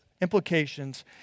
implications